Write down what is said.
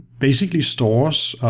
basically stores